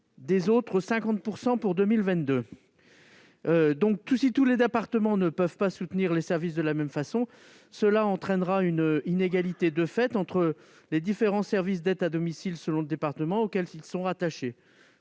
et de 50 % pour 2022. Puisque tous les départements ne pourront pas soutenir les services de la même façon, cela entraînera une inégalité de fait entre les différents services d'aides à domicile selon leur département de rattachement.